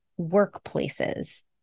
workplaces